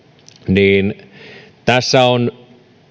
ja tässä on